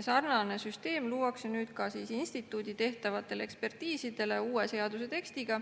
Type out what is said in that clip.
Sarnane süsteem luuakse nüüd ka instituudi tehtavatele ekspertiisidele uue seaduse tekstiga,